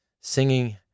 singing